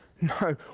No